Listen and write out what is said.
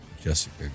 Jessica